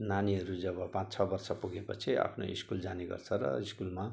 नानीहरू जब पाँच छ वर्ष पुगेपछि आफ्नो स्कुल जाने गर्छ र स्कुलमा